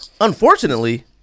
unfortunately